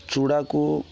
ଚୁଡ଼ାକୁ